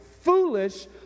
foolish